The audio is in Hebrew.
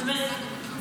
זאת אומרת,